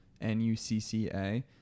N-U-C-C-A